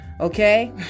okay